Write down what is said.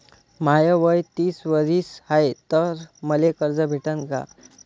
माय वय तीस वरीस हाय तर मले कर्ज भेटन का?